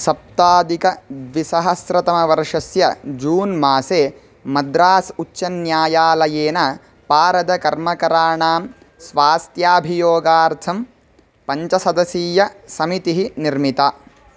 सप्ताधिकद्विसहस्रतमवर्षस्य जून् मासे मद्रास् उच्चन्यायालयेन पारदकर्मकराणां स्वास्थ्याभियोगार्थं पञ्चसदसीयसमितिः निर्मिता